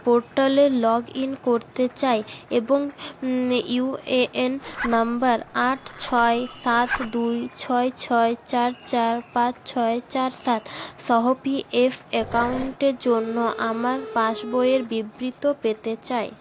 পোর্টালে log in করতে চাই এবং ইউএএন নাম্বার আট ছয় সাত দুই ছয় ছয় চার চার পাঁচ ছয় চার সাত সহ পিএফ অ্যাকাউন্টের জন্য আমার পাসবইয়ের বিবৃতি পেতে চাই